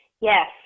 yes